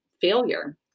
failure